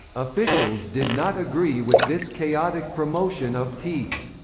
officials did not agree with this chaotic promotion of peace.